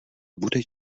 bude